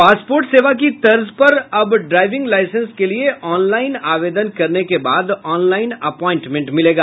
passport सेवा की तर्ज पर अब ड्राइविंग लाईसेंस के लिये ऑनलाइन आवेदन करने के बाद ऑनलाइन अप्वाइंटमेंट मिलेगा